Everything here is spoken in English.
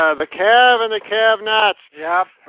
ah the calve and the calve-nots. yeah.